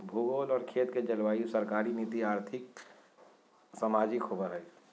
भूगोल और खेत के जलवायु सरकारी नीति और्थिक, सामाजिक होबैय हइ